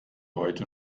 heute